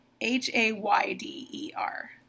h-a-y-d-e-r